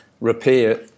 repair